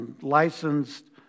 Licensed